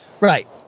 Right